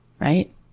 right